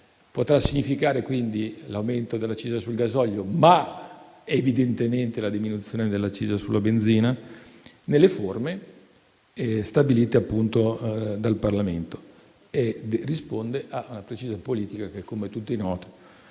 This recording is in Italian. potrà significare, quindi, l'aumento dell'accisa sul gasolio. Ma evidentemente la diminuzione dell'accisa sulla benzina nelle forme stabilite, appunto, dal Parlamento risponde a una precisa politica che - come a tutti è noto